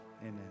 amen